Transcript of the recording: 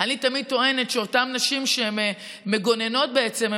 אני תמיד טוענת שאותן נשים שהן מגוננות בעצם,